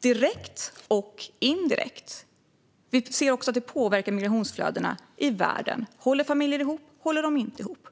direkt och indirekt, och migrationsflödena i världen. Håller familjer ihop, eller håller de inte ihop?